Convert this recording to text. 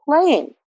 playing